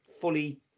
fully